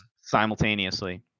simultaneously